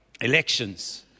elections